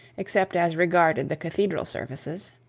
except as regarded the cathedral services.